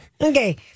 Okay